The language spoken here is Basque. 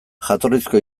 jatorrizko